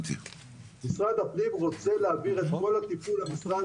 משרד הפנים רוצה להעביר את כל הטיפול למשרד